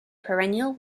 perennial